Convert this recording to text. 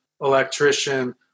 electrician